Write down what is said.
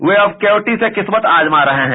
वे अब केवटी से किस्मत आजमा रहे हैं